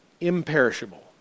imperishable